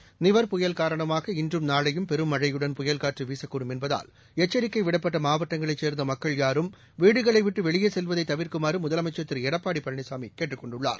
seconds Nivar புயல் காரணமாக இன்றும் நாளையும் பெரும் மழையுடன் புயல் காற்றுவீசக்கூடும் என்பதால் எச்சரிக்கைவிடப்பட்டமாவட்டங்களைச் சேர்ந்தமக்கள் யாரும் வீடுகளைவிட்டுவெளியேசெல்வதைதவிர்க்குமாறுமுதலமைச்சர் எடப்பாடிபமனிசாமிகேட்டுக் கொண்டுள்ளார்